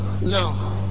No